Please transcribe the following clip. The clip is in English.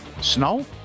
snow